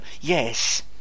Yes